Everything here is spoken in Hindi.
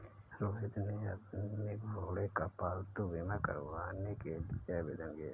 रोहित ने अपने घोड़े का पालतू बीमा करवाने के लिए आवेदन किया